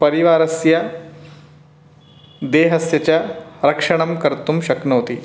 परिवारस्य देहस्य च रक्षणं कर्तुं शक्नोति